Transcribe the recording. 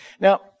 Now